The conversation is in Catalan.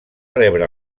rebre